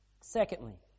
Secondly